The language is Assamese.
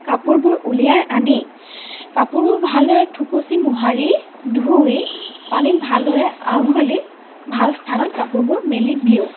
কাপোৰবোৰ উলিয়াই আনি কাপোৰবোৰ ভালদৰে থুকুচি মোহাৰি ধুই পানীত ভালদৰে আওখালি ভাল স্থানত কাপোৰবোৰ মেলি দিওঁ